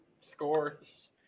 Scores